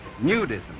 nudism